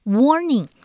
warning